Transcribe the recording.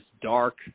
dark